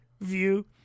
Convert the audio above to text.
view